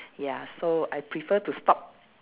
ya so I prefer to stop